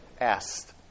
Asked